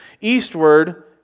eastward